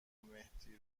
مهدی